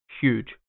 huge